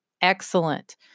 excellent